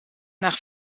nach